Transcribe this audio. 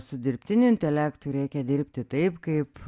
su dirbtiniu intelektu reikia dirbti taip kaip